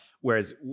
whereas